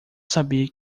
sabia